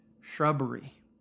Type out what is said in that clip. shrubbery